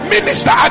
Minister